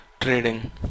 trading